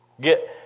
Get